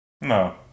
No